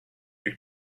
jour